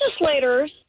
legislators